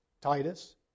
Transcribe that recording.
Titus